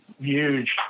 huge